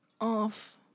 off